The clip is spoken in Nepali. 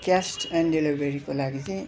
क्यास अन डेलिभरीको लागि चाहिँ